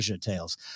tales